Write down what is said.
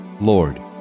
Lord